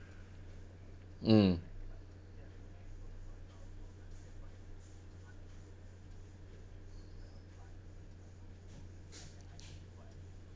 mm